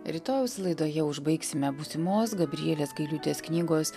rytojaus laidoje užbaigsime būsimos gabrielės gailiūtės knygos